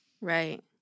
Right